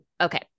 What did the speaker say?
okay